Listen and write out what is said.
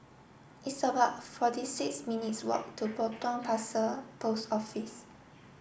it's about forty six minutes' walk to Potong Pasir Post Office